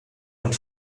und